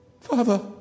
Father